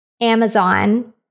Amazon